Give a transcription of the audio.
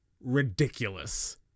ridiculous